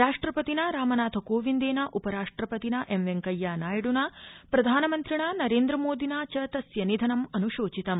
राष्ट्रपतिना रामनाथकोविन्देन उपराष्ट्रपतिना एम् वेंकैया नायड्ना प्रधानमन्त्रिणा नरेन्द्रमोदिना च तस्य निधनम् अन्शोचितम्